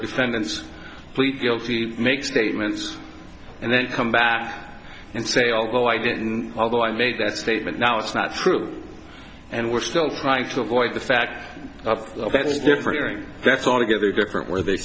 defendants plead guilty they make statements and then come back and say although i didn't although i made that statement now it's not true and we're still trying to avoid the fact of that's different that's altogether different where they